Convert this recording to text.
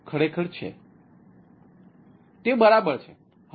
તેથી તે બરાબર છે